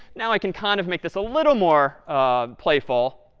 now i can kind of make this a little more um playful.